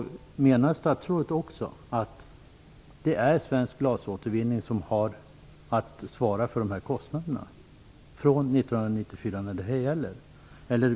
Menar statsrådet att det är Svensk glasåtervinning som har att svara för kostnaderna från 1994?